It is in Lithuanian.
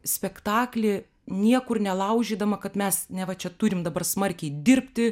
spektaklį niekur nelaužydama kad mes neva čia turim dabar smarkiai dirbti